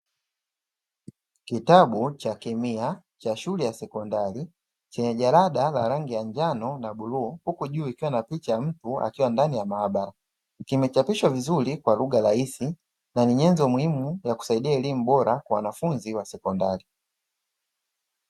Kitabu cha kemia cha shule ya sekondari chenye jalada la rangi ya njano na bluu huku juu kikiwa na picha ya mtu akiwa ndani ya maabara, kimechapishwa vizuri kwa lugha rahisi na ni nyenzo muhimu ya kusaidia elimu bora kwa wanafunzi wa sekondari.